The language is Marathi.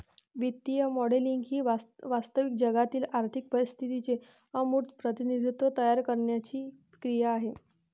वित्तीय मॉडेलिंग ही वास्तविक जगातील आर्थिक परिस्थितीचे अमूर्त प्रतिनिधित्व तयार करण्याची क्रिया आहे